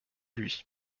lui